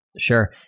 Sure